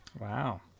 Wow